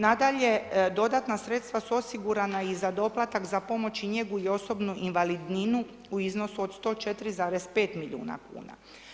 Nadalje, dodatna sredstva su osigurana i za doplatak za pomoć i njegu i osobnu invalidninu u iznosu od 104,5 milijuna kuna.